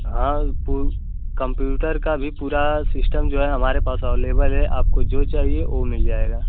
हँ तो कॉम्प्युटर का भी पूरा सिस्टम जो है पूरा हमारे पास अवलेवल है आपको जो चाहिए वह मिल जाएगा